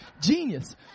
Genius